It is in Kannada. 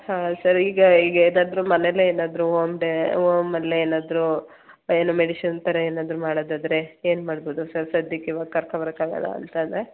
ಹಾಂ ಸರ್ ಈಗ ಈಗ ಏನಾದರೂ ಮನೆಯಲ್ಲೇ ಏನಾದರೂ ಹೋಮ್ ಡೇ ಹೋಮಲ್ಲೇ ಏನಾದರೂ ಏನು ಮೆಡಿಸಿನ್ ಥರ ಏನಾದರೂ ಮಾಡೋದಾದರೆ ಏನು ಮಾಡ್ಬೋದು ಸರ್ ಸಧ್ಯಕ್ಕೆ ಇವಾಗ ಕರ್ಕೋ ಬರೋಕೆ ಆಗೋಲ್ಲ ಅಂತಂದರೆ